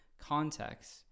context